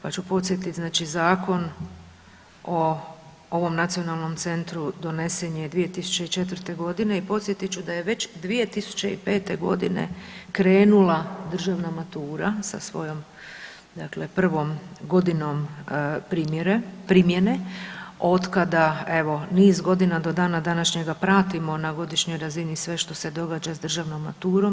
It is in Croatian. Pa ću podsjetiti znači Zakon o ovom nacionalnom centru donesen je 2004. godine i podsjetit ću da je već 2005. godine krenula državna matura sa svojom dakle prvom godinom primjere, primjene od kada evo niz godina do dana današnjega pratimo na godišnjoj razini sve što se događa s državnom maturom.